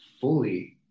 fully